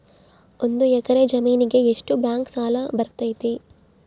ಒಂದು ಎಕರೆ ಜಮೇನಿಗೆ ಎಷ್ಟು ಬ್ಯಾಂಕ್ ಸಾಲ ಬರ್ತೈತೆ?